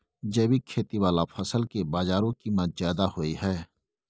जैविक खेती वाला फसल के बाजारू कीमत ज्यादा होय हय